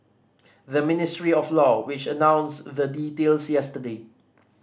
the Ministry of Law which announced the details yesterday